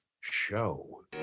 Show